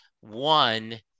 One